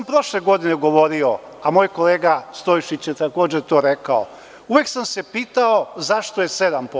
Prošle godine sam govorio, a moj kolega Sojšić je takođe to rekao, uvek sam se pitao zašto je 7%